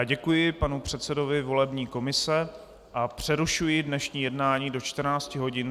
Děkuji panu předsedovi volební komise a přerušuji dnešní jednání do 14.30 hodin.